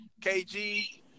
KG